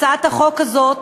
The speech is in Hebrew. הצעת החוק הזאת,